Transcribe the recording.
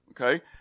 okay